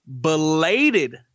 belated